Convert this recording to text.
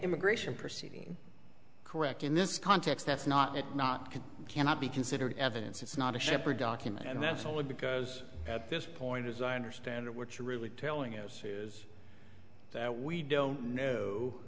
immigration proceeding correct in this context that's not it not can cannot be considered evidence it's not a shipper document and that's only because at this point as i understand it what you really telling us is that we don't know